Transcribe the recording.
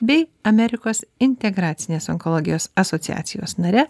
bei amerikos integracinės onkologijos asociacijos nare